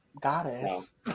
Goddess